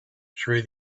through